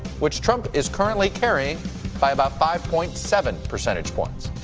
which trump is currently carrying by about five point seven percentage points.